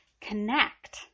connect